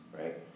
right